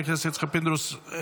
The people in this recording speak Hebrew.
חבר הכנסת יצחק פינדרוס,